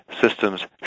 Systems